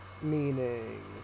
Meaning